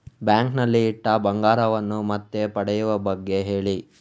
bank ನಲ್ಲಿ ಇಟ್ಟ ಬಂಗಾರವನ್ನು ಮತ್ತೆ ಪಡೆಯುವ ಬಗ್ಗೆ ಹೇಳಿ